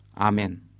Amen